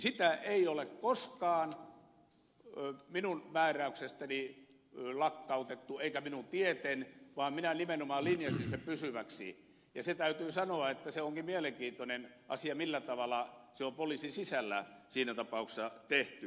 sitä ei ole koskaan minun määräyksestäni lakkautettu eikä minun tieten vaan minä nimenomaan linjasin sen pysyväksi ja se täytyy sanoa että se onkin mielenkiintoinen asia millä tavalla se on poliisin sisällä siinä tapauksessa tehty